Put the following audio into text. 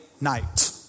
night